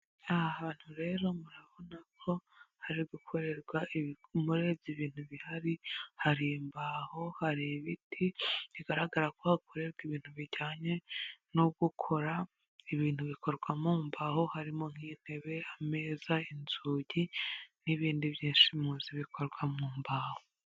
Aha hantu rero murabona ko hari gukorerwa ibikomore by'ibintu bihari, hari imbaho, hari ibiti bigaragara ko hakorerwa ibintu bijyanye no gukora ibintu bikorwa mu mbaho harimo nk'intebe, ameza, inzugi n'ibindi byinshi muzi bikorwa mu mbaho.